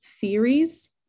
theories